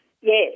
Yes